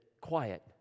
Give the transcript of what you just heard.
quiet